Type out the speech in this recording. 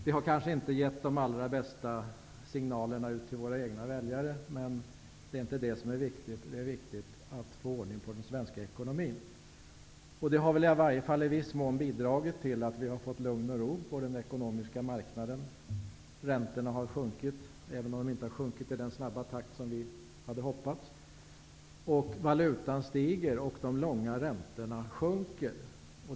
Det har kanske inte gett de allra bästa signalerna ut till våra egna väljare, men det är inte det som är viktigt. Det är viktigt att få ordning på den svenska ekonomin. Vår uppgörelse har i varje fall i viss mån bidragit till att det råder lugn och ro på den ekonomiska marknaden. Räntorna har sjunkit, även om de inte har sjunkit i den snabba takt som vi hade hoppats. Valutakurserna stiger, och de långa räntorna sjunker.